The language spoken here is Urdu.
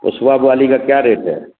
پوچواپ والی کا کیا ریٹ ہے